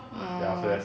orh